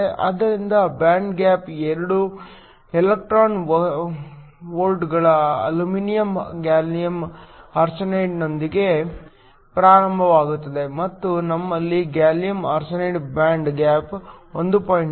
ಆದ್ದರಿಂದ band gap 2 electron ವೋಲ್ಟ್ಗಳ aluminium gallium ಆರ್ಸೆನೈಡ್ನೊಂದಿಗೆ ಪ್ರಾರಂಭವಾಗುತ್ತದೆ ಮತ್ತು ನಮ್ಮಲ್ಲಿ ಗ್ಯಾಲಿಯಮ್ ಆರ್ಸೆನೈಡ್ ಬ್ಯಾಂಡ್ ಗ್ಯಾಪ್ 1